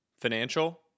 Financial